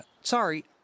Sorry